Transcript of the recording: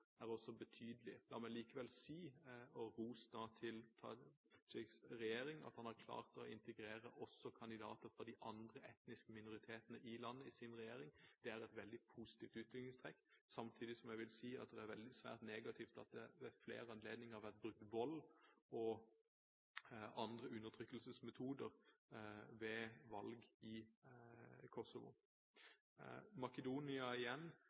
er også betydelige. La meg likevel gi ros til Thacis regjering for at den har klart å integrere også kandidater fra de andre etniske minoritetene i landet i sin regjering. Det er et veldig positivt utviklingstrekk, samtidig som jeg vil si at det er svært negativt at det ved flere anledninger har vært brukt vold og andre undertrykkelsesmetoder ved valg i Kosovo. Makedonia